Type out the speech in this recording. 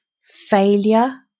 Failure